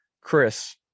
Chris